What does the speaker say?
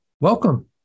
welcome